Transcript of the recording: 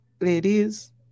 ladies